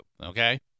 okay